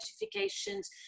notifications